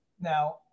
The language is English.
Now